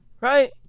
Right